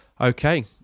Okay